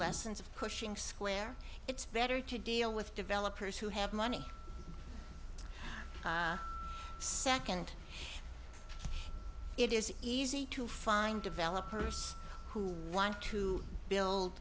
lessons of pushing square it's better to deal with developers who have money second it is easy to find developers who want to build